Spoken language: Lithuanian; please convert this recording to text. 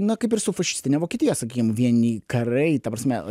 na kaip ir su fašistine vokietija sakykime vieni karai ta prasme